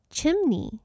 Chimney